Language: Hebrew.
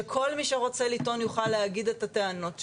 שכל מי שרוצה יוכל לטעון את הטענות שלו.